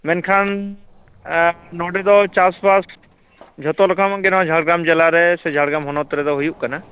ᱢᱮᱱᱠᱷᱟᱱ ᱱᱚᱰᱮ ᱫᱚ ᱪᱟᱥ ᱵᱟᱥ ᱡᱚᱛᱚ ᱞᱮᱠᱟᱱᱟᱜ ᱜᱮ ᱱᱚᱣᱟ ᱡᱷᱟᱲᱜᱨᱟᱢ ᱡᱮᱞᱟ ᱨᱮ ᱥᱮ ᱡᱷᱟᱲᱜᱨᱟᱢ ᱦᱚᱱᱚᱛ ᱨᱮᱫᱚ ᱦᱩᱭᱩᱜ ᱠᱟᱱᱟ